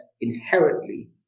inherently